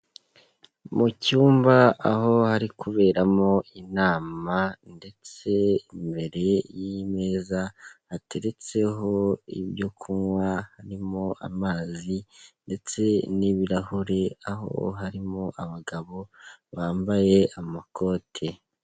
Mu cyumba aho hari kuberamo inama ndetse imbere y'imeza hateretseho ibyo kunywa, harimo amazi ndetse n'ibirahure, aho harimo abagabo bambaye amakote.